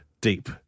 deep